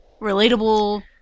relatable